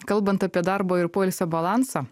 kalbant apie darbo ir poilsio balansą